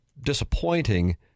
disappointing